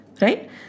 right